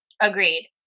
Agreed